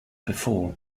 before